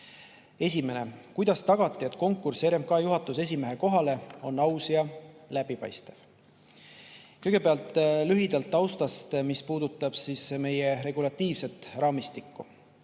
Esimene: "Kuidas tagati, et konkurss RMK juhatuse esimehe kohale on aus ja läbipaistev?" Kõigepealt lühidalt taustast, mis puudutab meie regulatiivset raamistikku,